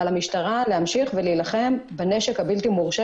על המשטרה להמשיך ולהילחם בנשק הבלתי מורשה